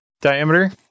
diameter